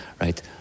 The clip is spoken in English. right